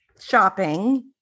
shopping